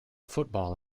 football